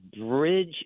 bridge